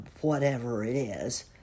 whatever-it-is